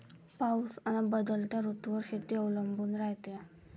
पाऊस अन बदलत्या ऋतूवर शेती अवलंबून रायते